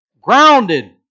grounded